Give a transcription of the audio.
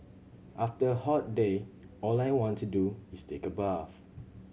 after a hot day all I want to do is take a bath